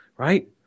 right